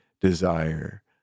desire